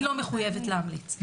היא לא מחויבת להמליץ.